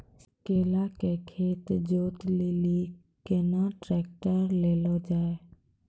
केला के खेत जोत लिली केना ट्रैक्टर ले लो जा?